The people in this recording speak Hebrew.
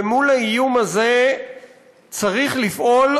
ומול האיום הזה צריך לפעול,